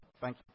thank